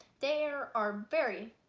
they are are very.